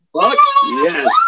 yes